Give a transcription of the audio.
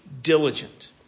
diligent